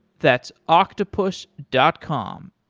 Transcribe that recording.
that's octopus dot com,